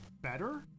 better